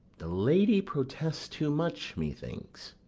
the lady protests too much, methinks.